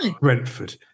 Brentford